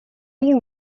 all